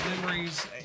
memories